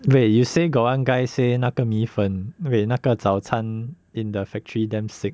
wait you say got one guy say 那个米粉 wait 那个早餐 in the factory damn sick